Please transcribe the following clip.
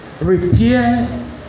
Repair